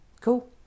Cool